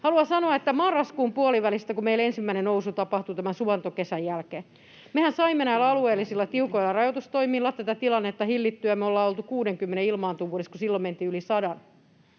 Haluan sanoa, että marraskuun puolivälistä, kun meillä ensimmäinen nousu tapahtui tämän suvantokesän jälkeen, mehän saimme näillä alueellisilla tiukoilla rajoitustoimilla tätä tilannetta hillittyä, me ollaan oltu 60:n ilmaantuvuudessa, kun silloin mentiin yli sadan.